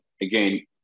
again